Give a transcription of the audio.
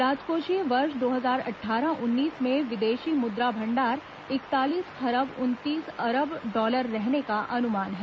राजकोषीय वर्ष अट्ठारह उन्नीस में विदेशी मुद्रा भंडार इकतालीस खरब उनतीस अरब डॉलर रहने का अनुमान है